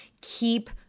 keep